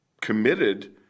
committed